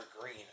green